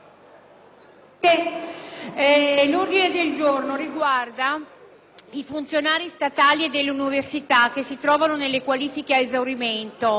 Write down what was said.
l'ordine del giorno G3.165 riguarda i funzionari statali e dell'università che si trovano nelle qualifiche ad esaurimento;